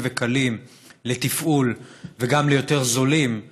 וקלים יותר לתפעול וגם לזולים יותר,